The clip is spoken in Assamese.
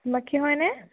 হীমাক্ষী হয়নে